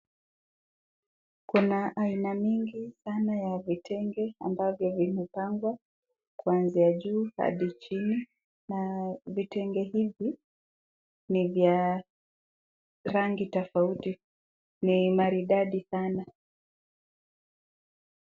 Kuna aina mingi sana ya vitenge ambavyo vimepangwa kuanzia juu hadi chini, na vitenge hivi ni vya rangi tofauti, ni maridadi sana.